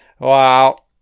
Wow